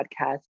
podcast